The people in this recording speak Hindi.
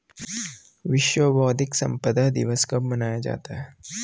विश्व बौद्धिक संपदा दिवस कब मनाया जाता है?